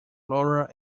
flora